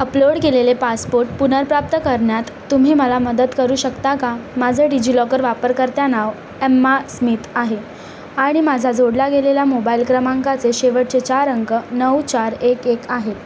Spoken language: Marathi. अपलोड केलेले पासपोट पुनर्प्राप्त करण्यात तुम्ही मला मदत करू शकता का माझं डिजि लॉकर वापरकर्ता नाव एम्मा स्मित आहे आणि माझा जोडला गेलेला मोबाईल क्रमांकाचे शेवटचे चार अंक नऊ चार एक एक आहे